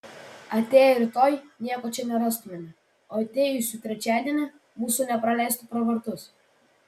atėję rytoj nieko čia nerastumėme o atėjusių trečiadienį mūsų nepraleistų pro vartus